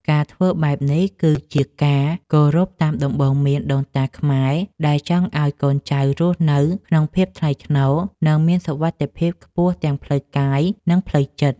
ការធ្វើបែបនេះ គឺជាការគោរពតាមដំបូន្មានដូនតាខ្មែរដែលចង់ឱ្យកូនចៅរស់នៅក្នុងភាពថ្លៃថ្នូរ និងមានសុវត្ថិភាពខ្ពស់ទាំងផ្លូវកាយ និងផ្លូវចិត្ត។